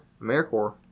AmeriCorps